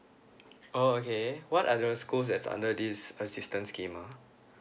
oh okay what are the schools that's under this assistance scheme ah